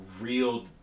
real